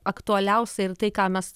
aktualiausia ir tai ką mes